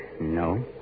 No